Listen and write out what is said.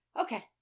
Okay